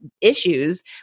issues